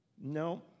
No